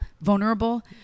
vulnerable